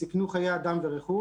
שסיכנו חיי אדם ורכוש.